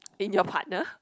in your partner